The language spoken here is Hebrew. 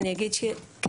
אני אגיד שכתוכנית,